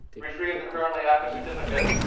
retrieve the currently active certificates.